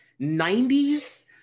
90s